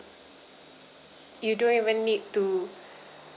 you don't even need to